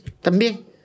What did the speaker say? también